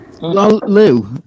Lou